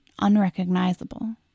unrecognizable